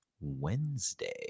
Wednesday